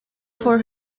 for